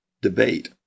debate